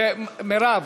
מרב,